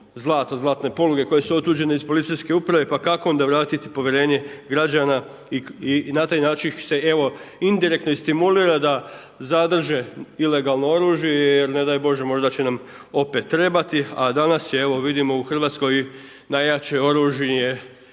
zlato, zlatne poluge koje su otuđene iz policijske uprave. Pa kako onda vratiti povjerenje građana? I na taj način ih se evo indirektno i stimulira da zadrže ilegalno oružje jer ne daj Bože možda će nam opet trebati. A danas je evo vidimo u Hrvatskoj najjače oružje SMS